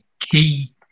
key